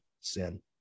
Sin